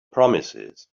promises